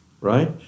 right